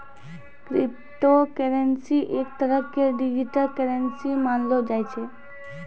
crypto currency एक तरह के डिजिटल करन्सी मानलो जाय छै